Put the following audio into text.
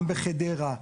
גם בחדרה,